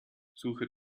suche